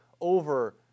over